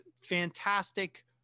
fantastic